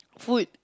food